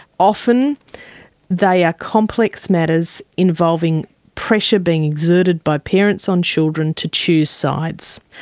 often they are complex matters involving pressure being exerted by parents on children to choose sides.